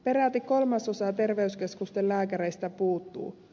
peräti kolmasosa terveyskeskusten lääkäreistä puuttuu